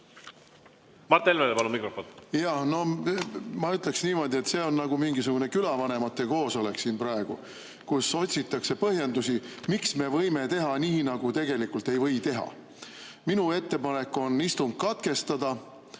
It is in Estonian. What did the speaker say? Ma ütleksin niimoodi, et see on nagu mingisugune külavanemate koosolek siin praegu, kus otsitakse põhjendusi, miks me võime teha nii, nagu tegelikult ei või teha. Minu ettepanek on istung katkestada